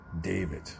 David